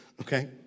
okay